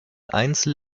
einzel